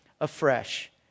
afresh